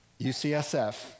UCSF